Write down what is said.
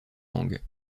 langues